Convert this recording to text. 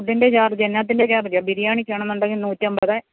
ഇതിൻ്റെ ചാർജ് എന്നാത്തിൻ്റെ ചാർജാണ് ബിരിയാണിക്കാണെന്നുണ്ടെങ്കിൽ നൂറ്റമ്പത്